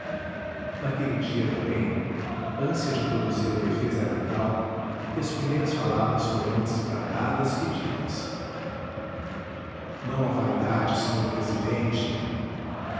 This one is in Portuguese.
naquele dia porém ânsia de produzir a defesa era tal que as primeiras palavras foram antes bradadas que ditas não a vaidade sr presidente